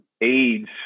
aids